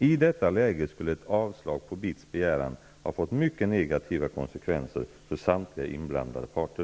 I detta läge skulle ett avslag på BITS begäran ha fått mycket negativa konsekvenser för samtliga inblandade parter.